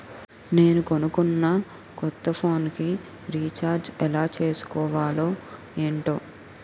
నేను కొనుకున్న కొత్త ఫోన్ కి రిచార్జ్ ఎలా చేసుకోవాలో ఏంటో